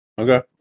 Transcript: Okay